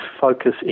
focus